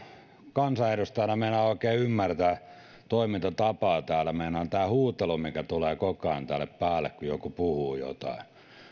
kansanedustajana en meinaa oikein ymmärtää toimintatapaa täällä meinaan tätä huutelua mikä tulee koko ajan täällä päälle kun joku puhuu jotain